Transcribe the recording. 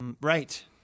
Right